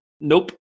Nope